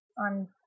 on